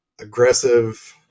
aggressive